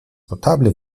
portable